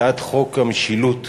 הצעת חוק המשילות